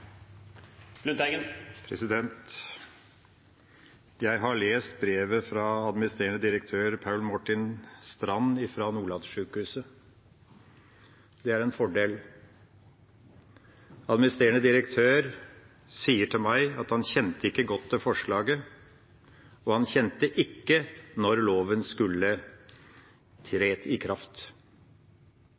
en fordel. Administrerende direktør sier til meg at han kjente ikke godt til forslaget, og han kjente ikke til når loven skulle tre i kraft.